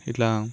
ఇట్లా